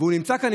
והוא נמצא כאן,